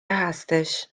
هستش